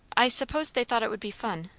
i suppose they thought it would be fun,